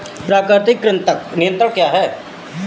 प्राकृतिक कृंतक नियंत्रण क्या है?